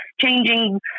changing